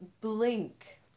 blink